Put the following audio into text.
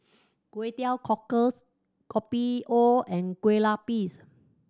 Kway Teow Cockles Kopi O and Kueh Lupis